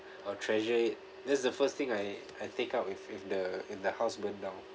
I'll treasure it that's the first thing I I take out if if the if the house burn down